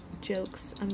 Jokes